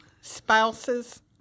spouses